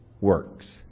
works